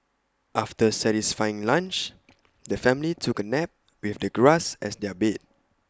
after their satisfying lunch the family took A nap with the grass as their bed